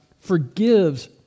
forgives